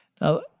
Now